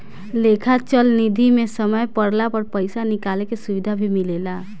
लेखा चल निधी मे समय पड़ला पर पइसा निकाले के सुविधा भी मिलेला